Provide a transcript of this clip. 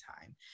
time